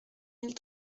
mille